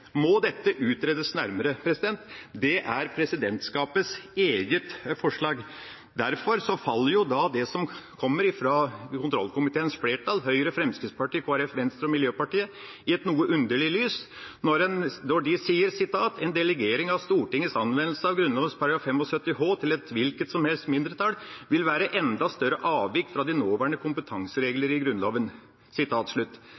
må dette utredes nærmere». Dette må «utredes nærmere» – det er presidentskapets eget forslag. Derfor faller jo det som kommer fra kontrollkomiteens flertall, Høyre, Fremskrittspartiet, Kristelig Folkeparti, Venstre og Miljøpartiet De Grønne, i et noe underlig lys, når de sier: «En delegering av Stortingets anvendelse av Grunnloven § 75 h, til et hvilket som helst mindretall vil være enda større avvik fra de nåværende kompetansereglene i Grunnloven.»